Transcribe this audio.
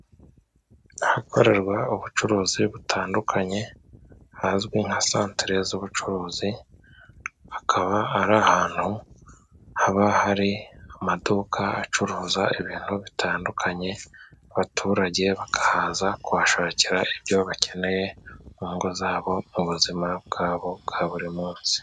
Ahakorerwa ubucuruzi butandukanye hazwi nka santere z'ubucuruzi. Hakaba ari ahantu haba hari amaduka acuruza ibintu bitandukanye. Abaturage bakahaza kuhashakira ibyo bakeneye, mu ngo zabo mu buzima bwabo bwa buri munsi.